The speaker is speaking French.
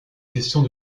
questions